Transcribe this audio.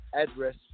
address